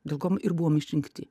dėl ko ir buvom išrinkti